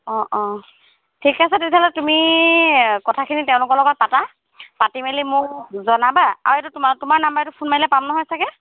অঁ অঁ ঠিক আছে তেতিয়াহ'লে তুমি কথাখিনি তেওঁলোকৰ লগত পাতা পাতি মেলি মোক জনাবা আৰু এইটো তোমাৰ তোমাৰ নাম্বাৰ এইটো ফোন মাৰিলে পাম নহয় চাগে